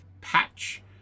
patch